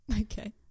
Okay